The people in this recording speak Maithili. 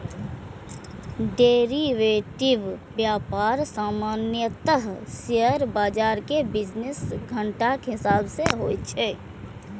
डेरिवेटिव व्यापार सामान्यतः शेयर बाजार के बिजनेस घंटाक हिसाब सं होइ छै